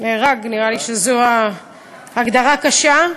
נהרג, נראה לי שזו הגדרה קשה.